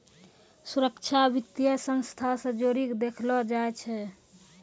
सुरक्षा वित्तीय संस्था से जोड़ी के देखलो जाय छै